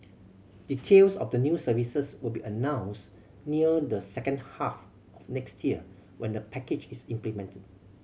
details of the new services will be announced near the second half of next year when the package is implemented